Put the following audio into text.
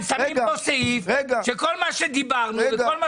הם שמים פה סעיף שכל מה שדיברנו וכל מה